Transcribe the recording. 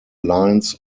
lines